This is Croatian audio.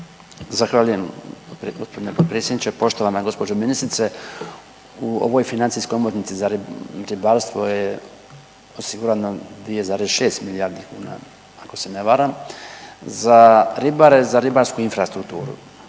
Zahvaljujem g. potpredsjedniče. Poštovana gđo. ministrice, u ovoj financijskoj omotnici za ribarstvo je osigurano 2,6 milijardi kuna ako se ne varam, za ribare i za ribarsku infrastrukturu.